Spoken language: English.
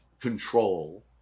control